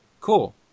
cool